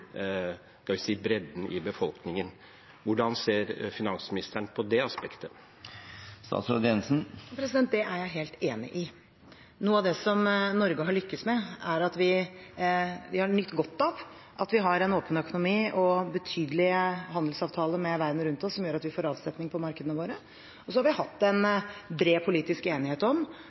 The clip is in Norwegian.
bredden i befolkningen. Hvordan ser finansministeren på det aspektet? Det er jeg helt enig i. Noe av det Norge har lyktes med, er at vi har nytt godt av å ha en åpen økonomi og betydelige handelsavtaler med verden rundt oss, noe som gjør at vi får avsetning på markedene våre. Vi har også hatt en bred politisk enighet om